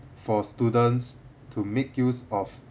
for students to make use of